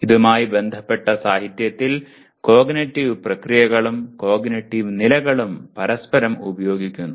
ഇതുമായി ബന്ധപ്പെട്ട സാഹിത്യത്തിൽ കോഗ്നിറ്റീവ് പ്രക്രിയകളും കോഗ്നിറ്റീവ് നിലകളും പരസ്പരം ഉപയോഗിക്കുന്നു